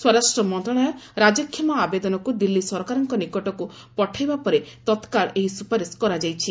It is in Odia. ସ୍ୱରାଷ୍ଟ୍ର ମନ୍ତ୍ରଣାଳୟ ରାଜକ୍ଷମା ଆବେଦନକୁ ଦିଲ୍ଲୀ ସରକାରଙ୍କ ନିକଟକୁ ପଠାଇବା ପରେ ତତ୍କାଳ ଏହି ସ୍ରପାରିଶ କରାଯାଇଛି